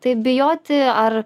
tai bijoti ar